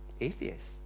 atheists